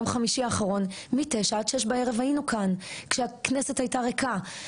כל חמישי האחרון מ-09:00 עד 18:00 בערב היינו כאן כשהכנסת הייתה ריקה.